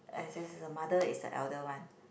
I guess the mother is the elder one